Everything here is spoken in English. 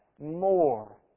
more